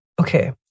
okay